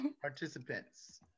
participants